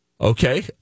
Okay